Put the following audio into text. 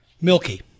Milky